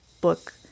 book